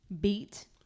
beat